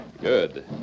Good